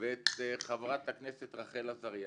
ואת חברת הכנסת רחל עזריה,